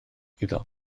iddo